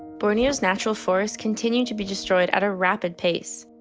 borneo's natural forests continue to be destroyed at a rapid pace.